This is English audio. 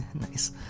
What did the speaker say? Nice